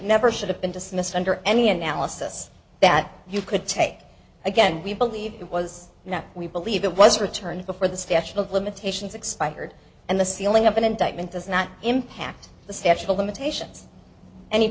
never should have been dismissed under any analysis that you could take again we believe it was now we believe it was returned before the statute of limitations expired and the sealing up an indictment does not impact the statute of limitations any